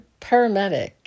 paramedic